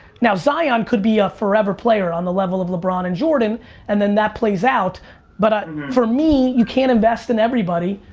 now zion could be a forever player on the level of lebron and jordan and then that plays out but, for me, you can't invest in everybody.